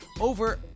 over